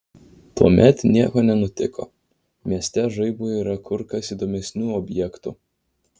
tuomet nieko nenutiko mieste žaibui yra kur kas įdomesnių objektų